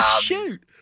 Shoot